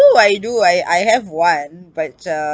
I do I do I I have one but uh